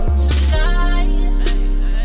tonight